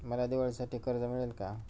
मला दिवाळीसाठी कर्ज मिळेल का?